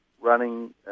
running